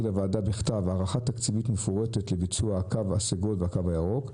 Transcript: לוועדה בכתב הערכה תקציבית מפורטת לביצוע הקו הסגול והקו הירוק,